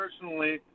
personally